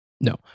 No